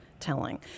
telling